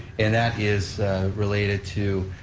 and that is related to